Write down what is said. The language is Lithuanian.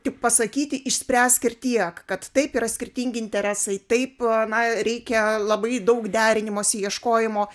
tik pasakyti išspręsk ir tiek kad taip yra skirtingi interesai taip na reikia labai daug derinimosi ieškojimo